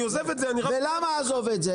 ולמה עזוב את זה